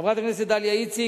חברת הכנסת דליה איציק,